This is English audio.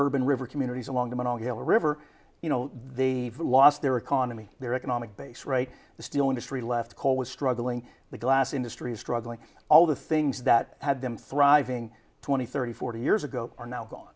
urban river communities along the monongahela river you know they've lost their economy their economic base rate the steel industry left coal was struggling the glass industry is struggling all the things that had them thriving twenty thirty forty years ago are now gone